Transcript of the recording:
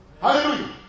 Hallelujah